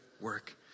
work